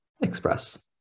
express